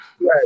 Right